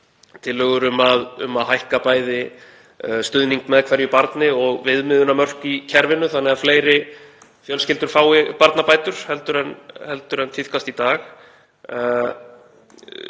tillögur um að hækka bæði stuðning með hverju barni og viðmiðunarmörk í kerfinu þannig að fleiri fjölskyldur fái barnabætur en tíðkast í dag.